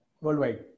Worldwide